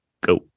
go